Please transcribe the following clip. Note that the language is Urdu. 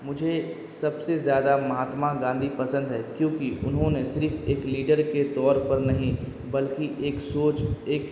مجھے سب سے زیادہ مہاتما گاندھی پسند ہے کیونکہ انہوں نے صرف ایک لیڈر کے طور پر نہیں بلکہ ایک سوچ ایک